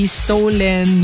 stolen